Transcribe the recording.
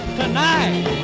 tonight